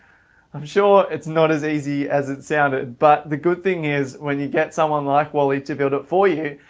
i'm sure it's not as easy as it sounded but the good thing is when you get someone like wally to build it for you,